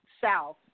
south